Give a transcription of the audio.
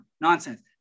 Nonsense